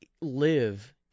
live